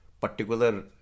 particular